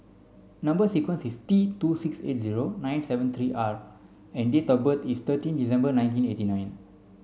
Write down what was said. number sequence is T two six eight zero nine seven three R and date of birth is thirteen December nineteen eighty nine